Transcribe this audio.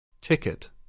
Ticket